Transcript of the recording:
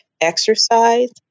Exercise